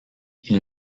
ils